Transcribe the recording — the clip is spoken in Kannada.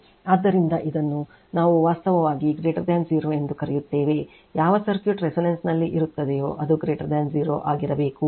ಆದ್ದರಿಂದ ಇದನ್ನು ನಾವು ವಾಸ್ತವವಾಗಿ 0 ಎಂದು ಕರೆಯುತ್ತೇವೆ ಯಾವ ಸರ್ಕ್ಯೂಟ್ resonance ನಲ್ಲಿ ಇರುತ್ತದೆಯೋ ಇದು 0 ಆಗಿರಬೇಕು